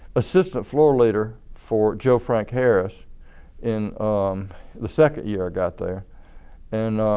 assistant floor leader for joe frank harris in the second year i got there and